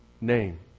name